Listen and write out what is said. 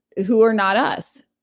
who are not us.